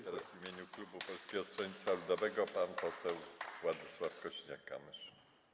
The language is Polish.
Teraz w imieniu klubu Polskiego Stronnictwa Ludowego pan poseł Władysław Kosiniak-Kamysz.